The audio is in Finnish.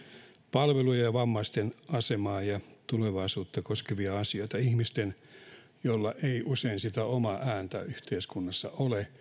palveluja ja vammaisten asemaa ja tulevaisuutta koskevia asioita ihmisten joilla ei usein sitä omaa ääntä yhteiskunnassa ole